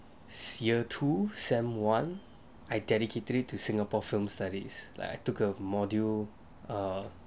year two semester one I dedicatory to singapore film studies like I took a module err